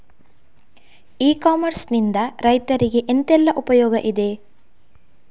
E commerce ನಿಂದ ರೈತರಿಗೆ ಎಂತೆಲ್ಲ ಉಪಯೋಗ ಇದೆ?